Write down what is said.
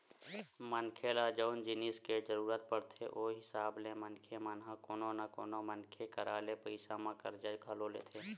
मनखे ल जउन जिनिस के जरुरत पड़थे ओ हिसाब ले मनखे मन ह कोनो न कोनो मनखे करा ले पइसा म करजा घलो लेथे